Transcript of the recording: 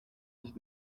dix